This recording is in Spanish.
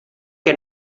que